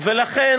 בעד?